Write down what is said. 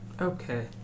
Okay